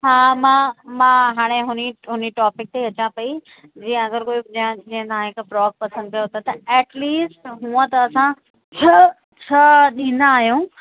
हा मां मां हाणे हुनी उन्हीअ टॉपिक ते अचां पई जीअं अगरि कोई या जीअं तव्हां हिक फ्रोक पसंदि कयो त एटलिस्ट हूअं त असां छह छह ॾींदा आहियूं